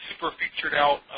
super-featured-out